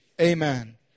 Amen